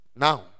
Now